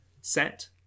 set